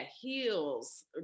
heels